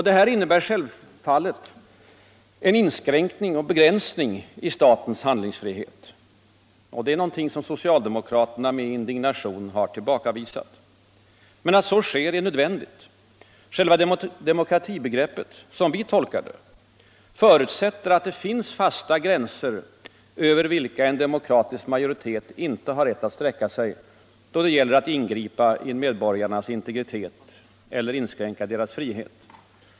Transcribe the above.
Detta innebär självfallet en inskränkning och begränsning i statens handlingsfrihet — något som socialdemokraterna med indignation har tillbakavisat. Men att så sker är nödvändigt. Själva demokratibegreppet — som vi tolkar det — förutsätter att det finns fasta gränser över vilka en demokratisk majoritet inte har rätt att sträcka sig, då det gäller att ingripa i medborgarnas integritet eller inskränka deras frihet.